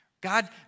God